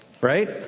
Right